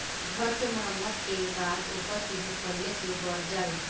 घर के मरम्मत के बाद ओकर कीमत पहिले से बढ़ जाला